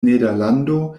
nederlando